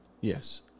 Yes